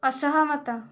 ଅସହମତ